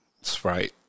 Sprite